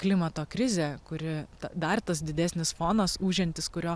klimato krizė kuri dar tas didesnis fonas ūžiantis kurio